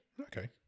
Okay